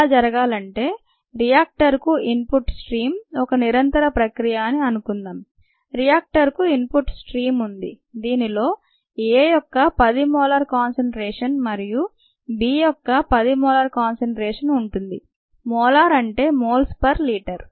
ఇలా జరగాలంటే రియాక్టర్ కు ఇన్ పుట్ స్ట్రీమ్ ఒక నిరంతర ప్రక్రియ అని అనుకుందాం రియాక్టర్ కు ఇన్ పుట్ స్ట్రీమ్ ఉంది దీనిలో A యొక్క 10 మోలార్ కాన్సన్ట్రేషన్ మరియు B యొక్క 10 మోలార్ కాన్సన్ట్రేషన్ ఉంటుంది మోలార్ అంటే మోల్స్ పర్ లీటర్